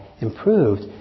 improved